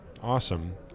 Awesome